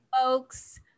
folks